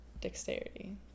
Dexterity